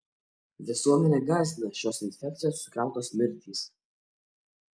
visuomenę gąsdina šios infekcijos sukeltos mirtys